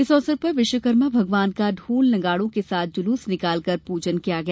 इस अवसर पर विश्वकर्मा भगवान का ढोल नगाड़ों के साथ जुलूस निकालकर पूजन किया गया